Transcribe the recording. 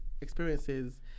experiences